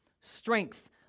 strength